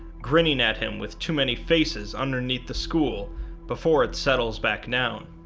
grinning at him with too many faces underneath the school before it settles back down.